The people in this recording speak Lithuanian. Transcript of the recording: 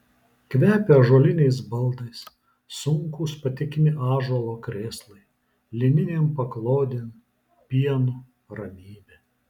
kvepia ąžuoliniais baldais sunkūs patikimi ąžuolo krėslai lininėm paklodėm pienu ramybe